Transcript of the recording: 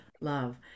love